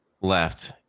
left